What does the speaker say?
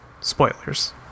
Spoilers